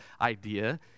idea